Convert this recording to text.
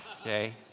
okay